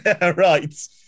right